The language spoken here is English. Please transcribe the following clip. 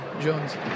Jones